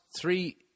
three